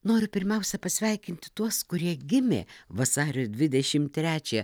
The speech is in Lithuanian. noriu pirmiausia pasveikinti tuos kurie gimė vasario dvidešimt trečią